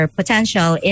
potential